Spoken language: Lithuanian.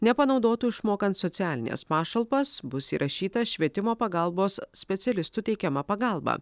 nepanaudotų išmokant socialines pašalpas bus įrašyta švietimo pagalbos specialistų teikiama pagalba